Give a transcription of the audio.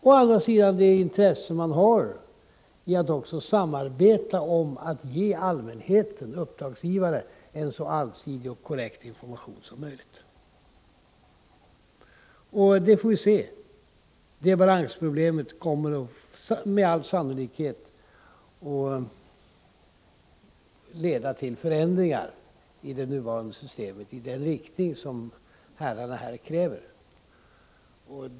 Å andra sidan har vi det intresse som finns för att samarbeta om att ge allmänheten, uppdragsgivaren, en så allsidig och korrekt information som möjligt. Vi får se hur frågan skall hanteras. Men detta balansproblem kommer med all sannolikhet att leda till förändringar i det nuvarande systemet i den riktning som herrarna här kräver.